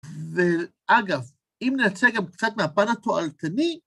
ואגב, אם נרצה גם קצת מהפן התועלתני..